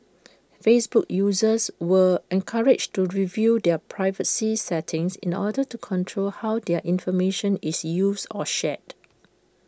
Facebook users were encouraged to review their privacy settings in order to control how their information is used or shared